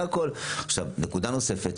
נקודה נוספת.